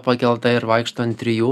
pakelta ir vaikšto ant trijų